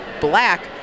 black